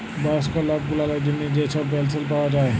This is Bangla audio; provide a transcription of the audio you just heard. বয়স্ক লক গুলালের জ্যনহে যে ছব পেলশল পাউয়া যায়